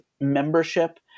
membership